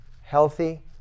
Healthy